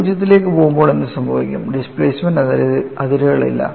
R 0 ലേക്ക് പോകുമ്പോൾ എന്തുസംഭവിക്കുന്നു ഡിസ്പ്ലേസ്മെൻറ് അതിരുകളില്ല